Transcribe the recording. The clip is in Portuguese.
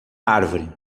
árvore